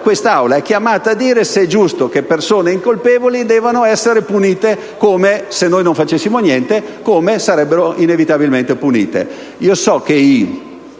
Quest'Assemblea è chiamata a dire se è giusto che persone incolpevoli debbano essere punite, come, se noi non facessimo niente, sarebbero inevitabilmente punite.